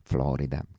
Florida